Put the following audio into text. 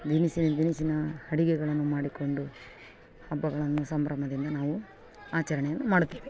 ತಿನ್ಸು ತಿನಿಸಿನ ಅಡಿಗೆಗಳನ್ನು ಮಾಡಿಕೊಂಡು ಹಬ್ಬಗಳನ್ನು ಸಂಭ್ರಮದಿಂದ ನಾವು ಆಚರಣೆಯನ್ನು ಮಾಡುತ್ತೇವೆ